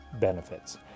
benefits